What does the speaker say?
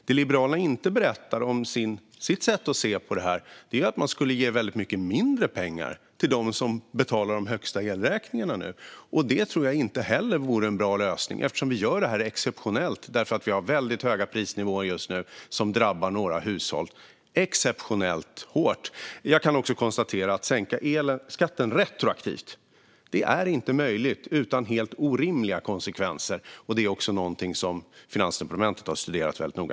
Det Liberalerna inte berättar om sitt sätt att se på det här är att man skulle ge väldigt mycket mindre pengar till dem som betalar de högsta elräkningarna. Det tror jag inte heller vore en bra lösning eftersom vi gör det här eftersom vi har väldigt höga prisnivåer just nu som drabbar några hushåll exceptionellt hårt. Jag kan också konstatera att en retroaktiv sänkning av elskatten inte är möjlig att införa utan helt orimliga konsekvenser. Det är någonting som Finansdepartementet har studerat väldigt noga.